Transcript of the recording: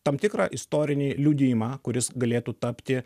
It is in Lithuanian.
tam tikrą istorinį liudijimą kuris galėtų tapti